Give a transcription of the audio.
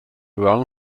wrong